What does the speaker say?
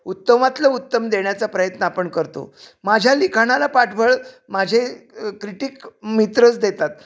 उत्तमातलं उत्तम देण्याचा प्रयत्न आपण करतो माझ्या लिखाणाला पाठबळ माझे क्रिटिक मित्रच देतात